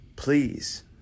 please